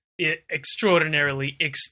extraordinarily